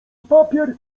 papier